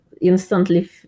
instantly